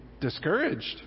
discouraged